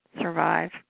survive